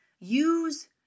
Use